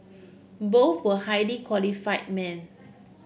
both were highly qualified men